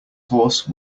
horse